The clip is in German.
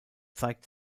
zeigt